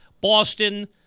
Boston